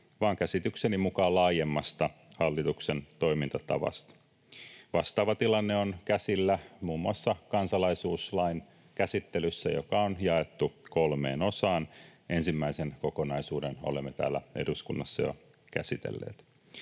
vaan käsitykseni mukaan laajemmasta hallituksen toimintatavasta. Vastaava tilanne on käsillä muun muassa kansalaisuuslain käsittelyssä, joka on jaettu kolmeen osaan — ensimmäisen kokonaisuuden olemme täällä eduskunnassa jo käsitelleet.